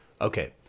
Okay